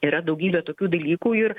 yra daugybė tokių dalykų ir